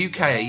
UK